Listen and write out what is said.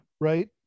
Right